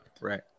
right